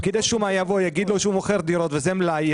פקיד השומה יבוא ויגיד לו שהוא מוכר דירות וזה מלאי,